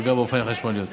פגעו בה אופניים חשמליים.